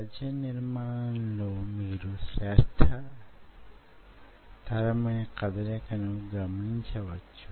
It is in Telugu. పలుచని నిర్మాణం లో మీరు శ్రేష్టతరమైన కదలికను గమనించ వచ్చు